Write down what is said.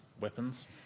weapons